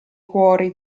cuori